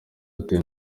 ati